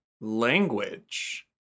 language